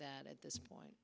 that at this point